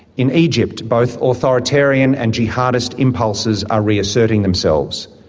in egypt, both authoritarian and jihadist impulses are reasserting themselves.